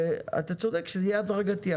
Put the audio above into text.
ואתה צודק שזה יהיה הדרגתי.